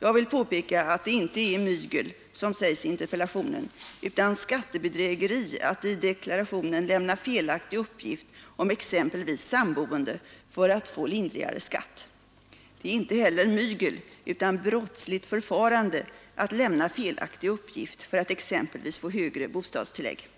Jag vill påpeka att det inte är ”mygel”, som sägs i interpellationen, utan skattebedrägeri att i deklarationen lämna felaktig uppgift om exempelvis samboende för att få lindrigare skatt. Det är inte heller ”mygel” utan brottsligt förfarande att lämna felaktig uppgift för att exempelvis få högre bostadstillägg.